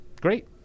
Great